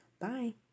bye